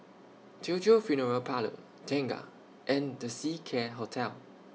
Teochew Funeral Parlour Tengah and The Seacare Hotel